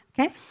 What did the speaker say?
okay